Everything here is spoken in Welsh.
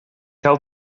gael